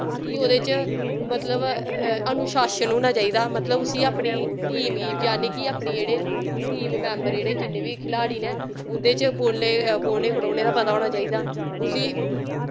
कि ओह्दे च मतलव अनुशाशन होना चाहिदा मतलव उस्सी अपनी टीम गी जानि कि अपनी जेह्ड़े टीम मैंम्बर जेह्ड़े जिन्ने बी खिलाड़ी नै उं'दे च बौह्ने बौह्ने खड़ोने दा पता होना चाहिदा उस्सी